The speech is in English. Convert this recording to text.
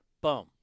boom